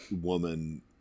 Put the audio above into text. woman